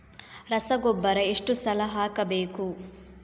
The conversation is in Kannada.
ರಸಗೊಬ್ಬರ ಎಷ್ಟು ಸಲ ಹಾಕಬೇಕು?